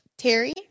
Terry